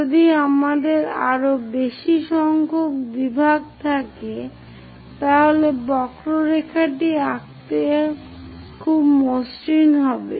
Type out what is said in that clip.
যদি আমাদের আরও বেশি সংখ্যক বিভাগ থাকে তাহলে বক্ররেখাটি আঁকতে খুব মসৃণ হবে